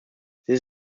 this